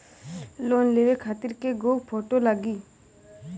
Loan लेवे खातिर कै गो फोटो लागी?